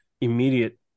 immediate